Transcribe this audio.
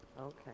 Okay